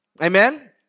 Amen